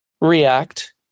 react